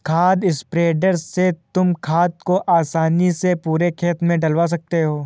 खाद स्प्रेडर से तुम खाद को आसानी से पूरे खेत में डलवा सकते हो